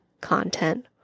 content